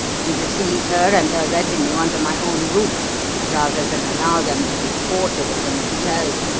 and received her and her retinue under my own roof rather than allow them to be quartered at an hotel.